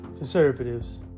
Conservatives